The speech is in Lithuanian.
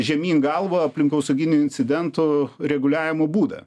žemyn galva aplinkosauginių incidentų reguliavimo būdą